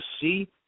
see